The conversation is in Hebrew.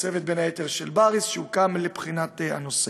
הצוות, בין היתר, של בריס, שהוקם לבחינת הנושא.